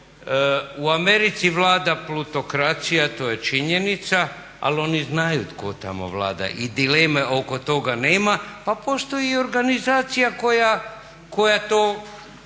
U Americi vlada plutokracija to je činjenica, ali oni znaju tko tamo vlada i dileme oko toga nema, pa postoji i organizacija koja to